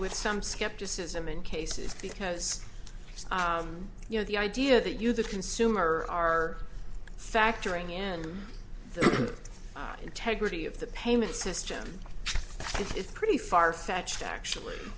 with some skepticism in cases because you know the idea that you the consumer are factoring in the integrity of the payment system is pretty farfetched actually